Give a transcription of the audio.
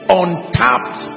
untapped